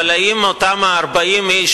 אבל האם אותם 40 איש,